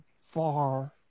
far